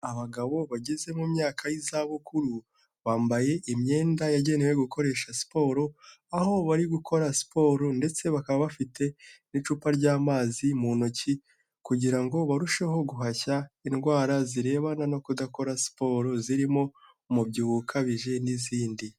Abagabo bageze mu myaka y'izabukuru bambaye imyenda yagenewe gukoresha siporo, aho bari gukora siporo ndetse bakaba bafite n'icupa ry'amazi mu ntoki kugira ngo barusheho guhashya indwara zirebana no kudakora siporo zirimo umubyibuho ukabije n'izindi.